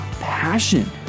passion